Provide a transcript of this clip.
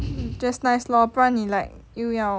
just nice lor 不然你 like 又要